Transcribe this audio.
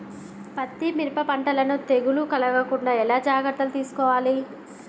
పత్తి మిరప పంటలను తెగులు కలగకుండా ఎలా జాగ్రత్తలు తీసుకోవాలి?